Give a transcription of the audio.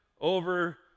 over